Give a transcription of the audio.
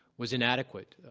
was inadequate.